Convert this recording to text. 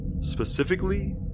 Specifically